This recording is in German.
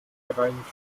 gereinigt